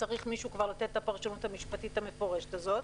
מישהו צריך כבר לתת את הפרשנות המשפטית המפורשת הזאת.